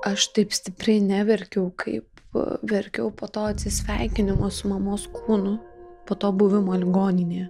aš taip stipriai neverkiau kaip verkiau po to atsisveikinimo su mamos kūnu po to buvimo ligoninėje